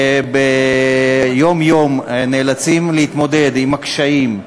שיום-יום נאלצים להתמודד עם הקשיים,